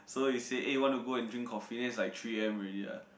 so we say eh want to go and drink coffee and then it's like three a_m already ah